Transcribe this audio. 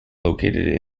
located